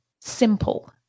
simple